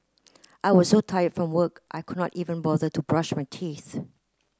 I was so tired from work I could not even bother to brush my teeth